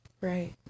Right